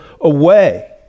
away